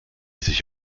sich